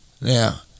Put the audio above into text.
Now